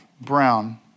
brown